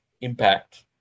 impact